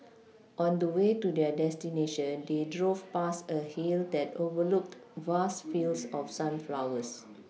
on the way to their destination they drove past a hill that overlooked vast fields of sunflowers